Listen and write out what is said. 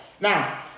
Now